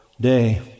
day